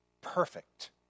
perfect